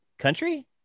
country